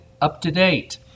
up-to-date